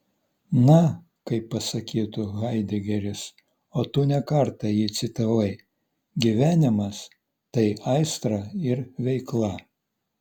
na kaip pasakytų haidegeris o tu ne kartą jį citavai gyvenimas tai aistra ir veikla